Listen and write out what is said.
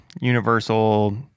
universal